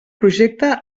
projecte